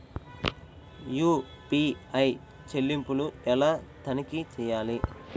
UPI చెల్లింపులు ఎలా తనిఖీ చేయాలి?